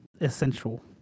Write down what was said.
essential